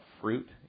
fruit